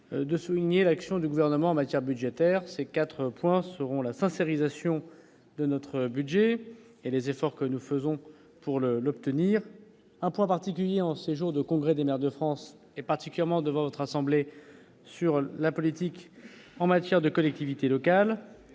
de souligner l'action du gouvernement en matière budgétaire, c'est 4 points seront la fin services à Sion de notre budget et les efforts que nous faisons pour le l'obtenir un point particulier en ces jours de congrès des maires de France et particulièrement de votre assemblée sur la politique en matière de collectivités locales,